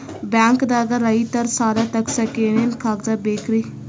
ಬ್ಯಾಂಕ್ದಾಗ ರೈತರ ಸಾಲ ತಗ್ಸಕ್ಕೆ ಏನೇನ್ ಕಾಗ್ದ ಬೇಕ್ರಿ?